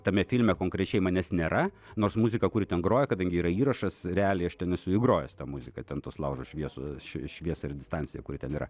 tame filme konkrečiai manęs nėra nors muzika kuri ten groja kadangi yra įrašas realiai aš ten esu įgrojęs tą muziką ten tos laužo šviesą šviesą ir dinstanciją kuri ten yra